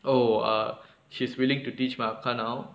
oh err she's willing to teach my akka now